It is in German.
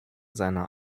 seiner